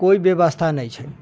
कोइ व्यवस्था नहि छै